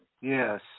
yes